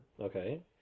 Okay